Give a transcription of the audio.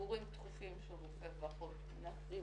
ביקורים תכופים של רופא ואחות נעשים